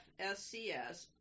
FSCS